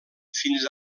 fins